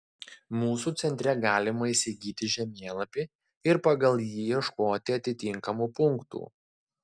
mūsų centre galima įsigyti žemėlapį ir pagal jį ieškoti atitinkamų punktų